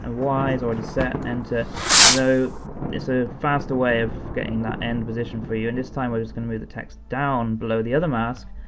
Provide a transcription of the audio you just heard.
and y is already set enter so though, there's a faster way of getting that end position for you and this time, we're just gonna move the text down below the the mask,